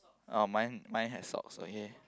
oh mine mine has socks okay